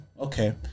Okay